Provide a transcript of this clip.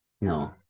No